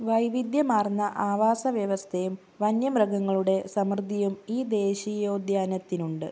വൈവിധ്യമാർന്ന ആവാസവ്യവസ്ഥയും വന്യമൃഗങ്ങളുടെ സമൃദ്ധിയും ഈ ദേശീയോദ്യാനത്തിനുണ്ട്